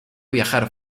viajar